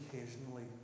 occasionally